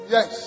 Yes